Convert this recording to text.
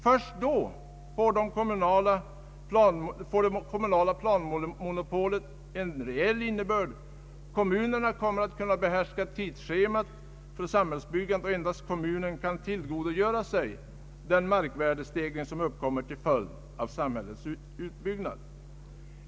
Först då får det kommunala planmonopolet en reell innebörd. Kommunerna kommer att behärska tidsschemat för samhällsbyggandet, och endast kommunerna kan tillgodogöra sig den markvärdestegring som uppkommer till följd av samhällets utbyggnad.